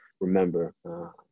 remember